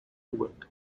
work